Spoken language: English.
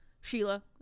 Sheila